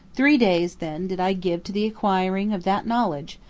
three days, then, did i give to the acquiring of that knowledge,